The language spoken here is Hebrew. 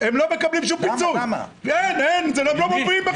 הם לא מקבלים שום פיצוי, אין, הם בכלל לא מופיעים,